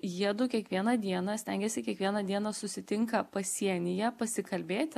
jiedu kiekvieną dieną stengiasi kiekvieną dieną susitinka pasienyje pasikalbėti